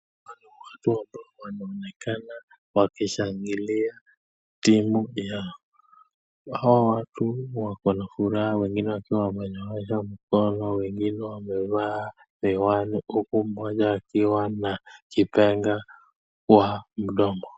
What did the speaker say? Watu wanaonekana wakishangilia, timu ya hawa watu wakona furaha wengine wakiwa wamenyosha mkona wengine wamevaa miwani huku moja, akiwa na kipenga wa mdomo.